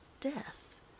death